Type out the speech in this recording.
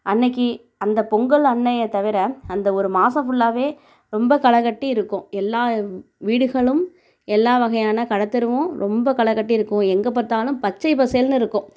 அன்னிக்கி அந்த பொங்கல் அன்னிய தவிர அந்த ஒரு மாதம் ஃபுல்லாகவே ரொம்ப களைகட்டி இருக்கும் எல்லா வீடுகளும் எல்லா வகையான கடைத்தெருவும் ரொம்ப களைகட்டி இருக்கும் எங்கே பார்த்தாலும் பச்சை பசேல்னு இருக்கும்